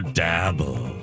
dabble